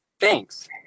Thanks